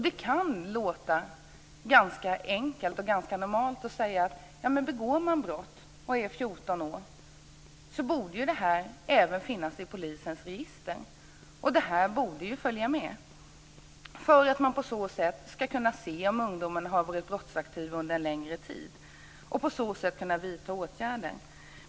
Det kan låta ganska enkelt och ganska normalt att säga: Ja, men begår man brott och är 14 år borde det även finnas i polisens register. Det borde följa med, för att man på så sätt ska kunna se om den unga personen har varit brottsaktiv under en längre tid och kunna vidta åtgärder.